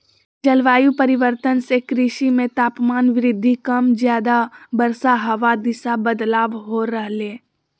जलवायु परिवर्तन से कृषि मे तापमान वृद्धि कम ज्यादा वर्षा हवा दिशा बदलाव हो रहले